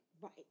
Right